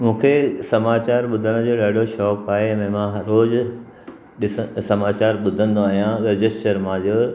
मूंखे समाचार ॿुधण जो ॾाढो शौंक़ु आहे हिन मां हर रोज़ु ॾिस समाचार ॿुधंदो आहियां रजत शर्मा जो